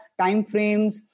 timeframes